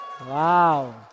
Wow